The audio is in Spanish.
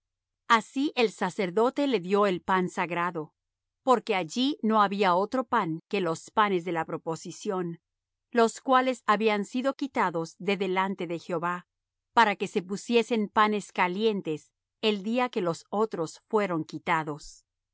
así el sacerdote le dió el pan sagrado porque allí no había otro pan que los panes de la proposición los cuales habían sido quitados de delante de jehová para que se pusiesen panes calientes el día que los otros fueron quitados